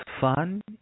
fun